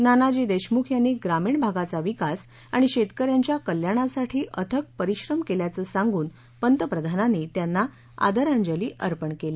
नानाजी देशमुख यांनी ग्रामीण भागाचा विकास आणि शेतकऱ्यांच्या कल्याणासाठी अथक परिश्रम केल्याचं सांगून पंतप्रधानांनी त्यांना आंदरांजली अर्पण केली